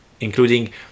including